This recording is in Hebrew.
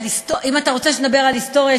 אם אתה רוצה שנדבר על היסטוריה,